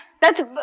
That's-